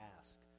ask